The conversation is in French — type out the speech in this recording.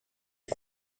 est